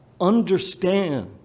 understand